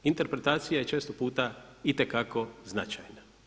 Interpretacija je često puta itekako značajna.